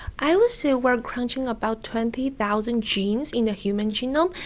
i would say we're crunching about twenty thousand genes in the human genome,